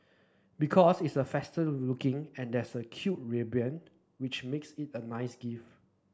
because it's a festive looking and there's a cute ribbon which makes it a nice gift